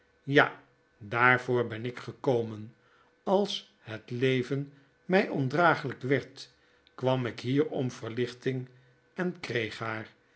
ja daarvoor ben ik gekomen als het leven my ondragelyk werd kwam ik hier om verlichting en kreeg haar